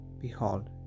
behold